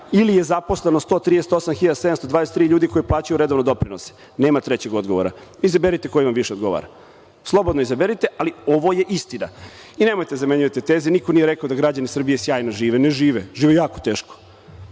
ili je zaposleno 128.723 ljudi koji plaćaju redovno doprinose. Nema trećeg odgovora. Izaberite koji vam više odgovara. Slobodno izaberite, ali ovo je istina. Nemojte da zamenjujete teze, niko nije rekao da građani Srbije sjajno žive. Ne žive. Žive jako teško.